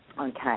Okay